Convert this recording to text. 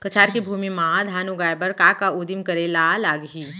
कछार के भूमि मा धान उगाए बर का का उदिम करे ला लागही?